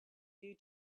due